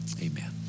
amen